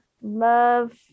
Love